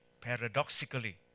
paradoxically